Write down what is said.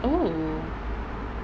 oh